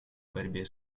борьбе